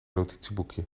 notitieboekje